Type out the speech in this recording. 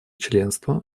членства